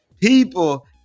People